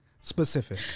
specific